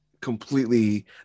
completely